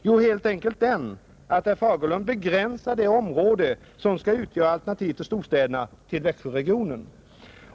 Jo, helt enkelt att herr Fagerlund begränsar det område som skall utgöra ett alternativ till storstäderna till Växjöregionen.